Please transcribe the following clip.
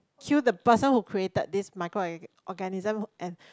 kill the person who created this micro orga~ organism and